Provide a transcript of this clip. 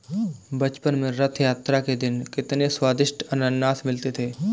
बचपन में रथ यात्रा के दिन कितने स्वदिष्ट अनन्नास मिलते थे